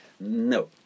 No